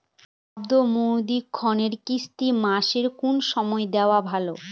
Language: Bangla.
শব্দ মেয়াদি ঋণের কিস্তি মাসের কোন সময় দেওয়া ভালো?